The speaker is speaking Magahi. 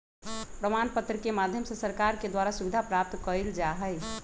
प्रमाण पत्र के माध्यम से सरकार के द्वारा सुविधा प्राप्त कइल जा हई